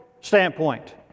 standpoint